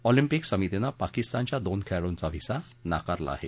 Olympic समितीनं पाकिस्तानच्या दोन खेळाडूंचा व्हिसा नाकारला आहे